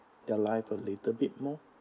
their life a little bit more